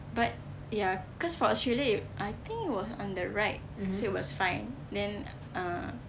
but ya cause for australia you I think it was on the right so it was fine then uh